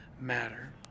matter